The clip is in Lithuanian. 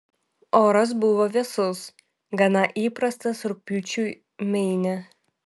oras buvo vėsus gana įprastas rugpjūčiui meine